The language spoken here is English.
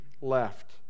left